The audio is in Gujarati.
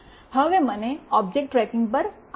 હવે મને ઓબ્જેક્ટ ટ્રેકિંગ પર આવવા દો